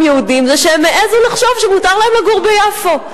יהודים זה שהם העזו לחשוב שמותר להם לגור ביפו.